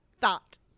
thought